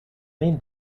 main